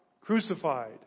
crucified